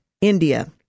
India